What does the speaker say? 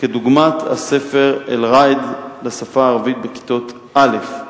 לדוגמה הספר "אלראאד" לשפה הערבית בכיתות א'.